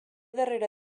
darrere